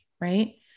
Right